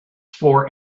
for